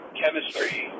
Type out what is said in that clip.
chemistry